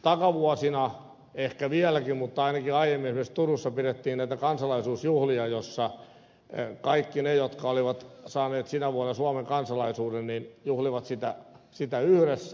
takavuosina ehkä vieläkin mutta ainakin aiemmin esimerkiksi turussa pidettiin näitä kansalaisuusjuhlia joissa kaikki ne jotka olivat saaneet sinä vuonna suomen kansalaisuuden juhlivat sitä yhdessä